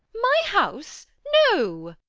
my house! no.